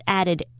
added